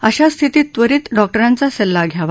अशा स्थितीत त्वरित डॉक्टरांचा सल्ला घ्यावा